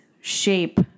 shape